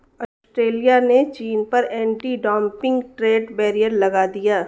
Australia ने चीन पर एंटी डंपिंग ट्रेड बैरियर लगा दिया